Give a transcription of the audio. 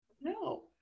No